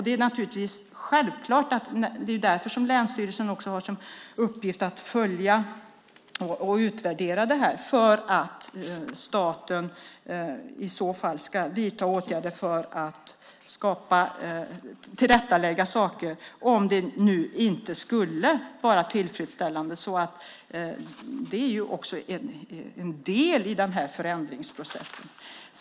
Det är naturligtvis självklart. Det är därför som länsstyrelsen har som uppgift att följa upp och utvärdera för att staten ska vidta åtgärder för att lägga saker till rätta, om det inte skulle vara tillfredsställande. Det är också en del i förändringsprocessen.